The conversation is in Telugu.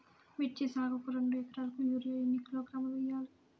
మిర్చి సాగుకు రెండు ఏకరాలకు యూరియా ఏన్ని కిలోగ్రాములు వేయాలి?